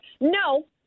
No